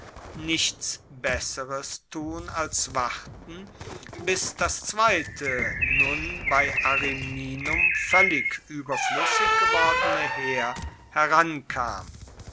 nichts besseres tun als warten bis das zweite nun bei ariminum voellig ueberfluessig gewordene heer herankam